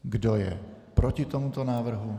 Kdo je proti tomuto návrhu?